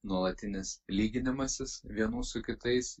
nuolatinis lyginimasis vienų su kitais